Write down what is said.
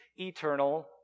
eternal